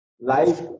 Life